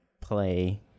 play